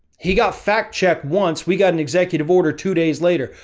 he got fact check once we got an executive order, two days later,